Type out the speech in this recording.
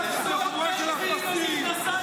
אתם חבורה של אפסים,